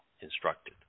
instructed